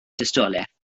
tystiolaeth